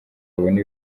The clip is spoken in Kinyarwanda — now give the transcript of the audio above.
babone